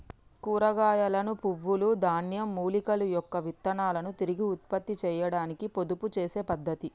కూరగాయలను, పువ్వుల, ధాన్యం, మూలికల యొక్క విత్తనాలను తిరిగి ఉత్పత్తి చేయాడానికి పొదుపు చేసే పద్ధతి